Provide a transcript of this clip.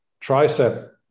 tricep